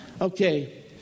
Okay